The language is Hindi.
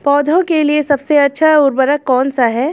पौधों के लिए सबसे अच्छा उर्वरक कौनसा हैं?